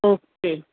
okay